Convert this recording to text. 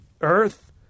earth